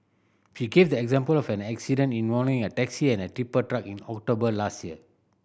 she gave the example of an accident involving a taxi and a tipper truck in October last year